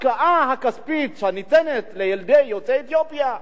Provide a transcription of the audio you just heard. שבהשקעה הכספית שניתנת לילדי יוצאי אתיופיה,